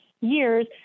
years